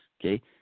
okay